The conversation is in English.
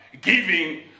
giving